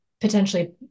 potentially